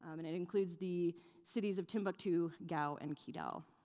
um and it includes the cities of timbuktu, gao, and kidal.